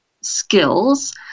skills